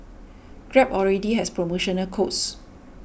grab already has promotional codes